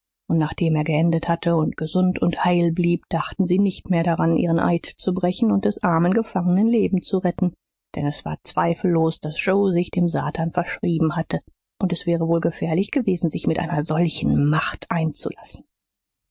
und nachdem er geendet hatte und gesund und heil blieb dachten sie nicht mehr daran ihren eid zu brechen und des armen gefangenen leben zu retten denn es war zweifellos daß joe sich dem satan verschrieben hatte und es wäre wohl gefährlich gewesen sich mit einer solchen macht einzulassen